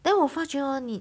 then 我发觉 hor 你